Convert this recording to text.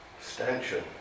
stanchion